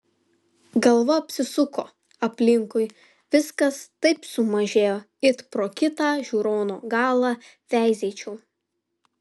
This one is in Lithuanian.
galva apsisuko aplinkui viskas taip sumažėjo it pro kitą žiūrono galą veizėčiau